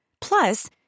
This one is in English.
Plus